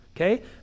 okay